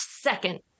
second